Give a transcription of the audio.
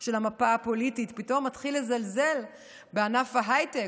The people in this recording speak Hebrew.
של המפה הפוליטית פתאום מתחיל לזלזל בענף ההייטק,